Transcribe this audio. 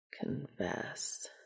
Confess